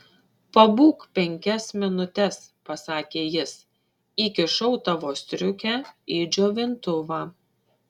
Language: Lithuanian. pabūk penkias minutes pasakė jis įkišau tavo striukę į džiovintuvą